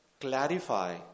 clarify